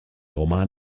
roman